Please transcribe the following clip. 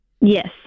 Yes